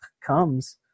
comes